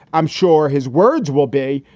i'm sure his words will be.